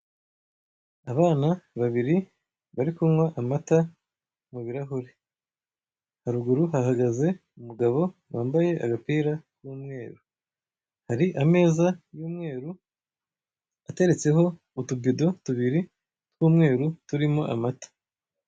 Abana babiri bari kunywa amata mu birahuye haruguru hahagaze umugabo wambaye agapira k'umweru hari ameza y'umweru ateretseho utubido tubiri tw'umweru turimo amata.